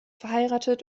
verheiratet